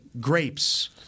grapes